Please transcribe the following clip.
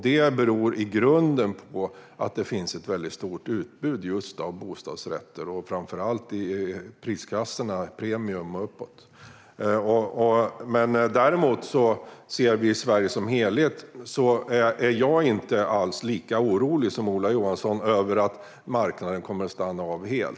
Det beror i grunden på att det finns ett väldigt stort utbud av just bostadsrätter, framför allt i prisklassen premium och uppåt. Däremot är jag inte alls lika orolig som Ola Johansson över att marknaden i Sverige som helhet kommer att stanna av helt.